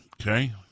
Okay